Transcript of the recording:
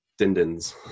dindins